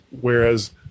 Whereas